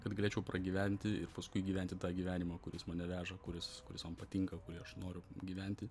kad galėčiau pragyventi ir paskui gyventi tą gyvenimą kuris mane veža kuris kuris man patinka kurį aš noriu gyventi